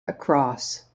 across